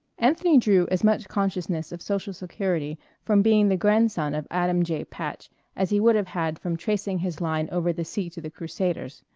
anthony drew as much consciousness of social security from being the grandson of adam j. patch as he would have had from tracing his line over the sea to the crusaders.